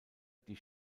die